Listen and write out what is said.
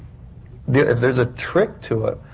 yeah if there's a trick to it.